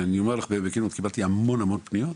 קיבלו המון פניות,